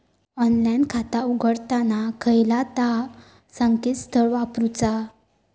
Online खाता उघडताना खयला ता संकेतस्थळ वापरूचा?